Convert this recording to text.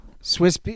swiss